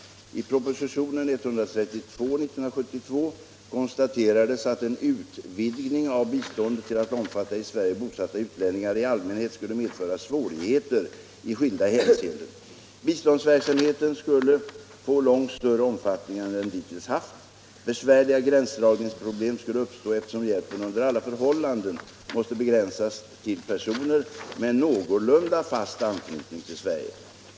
I propositionen konstaterades att en utvidgning av biståndet till att omfatta i Sverige bosatta utlänningar i allmänhet skulle medföra svårigheter i skilda hänseenden. Biståndsverksamheten skulle få långt större omfattning än den dittills naft. Besvärliga gränsdragningsproblem skulle uppstå, eftersom hjälpen under alla förhållanden måste begränsas till personer med någorlunda fast anknytning till Sverige.